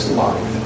life